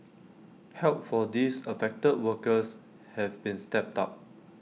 help for these affected workers have been stepped up